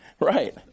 Right